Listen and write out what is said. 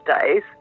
days